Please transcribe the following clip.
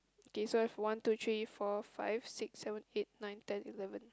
K so we've one two three four five six seven eight nine ten eleven